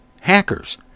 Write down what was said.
hackers